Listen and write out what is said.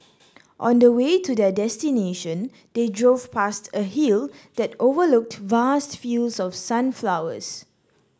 on the way to their destination they drove past a hill that overlooked vast fields of sunflowers